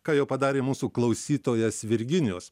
ką jau padarė mūsų klausytojas virginijus